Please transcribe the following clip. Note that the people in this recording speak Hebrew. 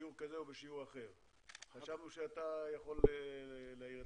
חשבתי שתוכל להאיר את עינינו.